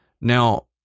Now